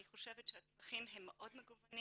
אני חושבת שהצרכים הם מאוד מגוונים